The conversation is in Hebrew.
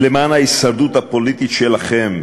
ולמען ההישרדות הפוליטית שלכם,